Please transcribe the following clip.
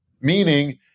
meaning